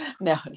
no